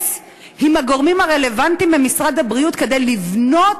התייעץ עם הגורמים הרלוונטיים במשרד הבריאות כדי לבנות